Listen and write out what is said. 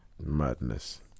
Madness